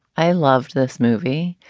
i loved this movie.